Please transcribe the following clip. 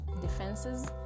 defenses